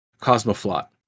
Cosmoflot